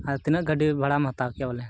ᱟᱫᱚ ᱛᱤᱱᱟᱹᱜ ᱜᱟᱹᱰᱤ ᱵᱷᱟᱲᱟᱢ ᱦᱟᱛᱟᱣ ᱠᱮᱭᱟ ᱵᱚᱞᱮ